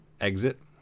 exit